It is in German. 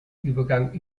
übergang